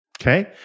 okay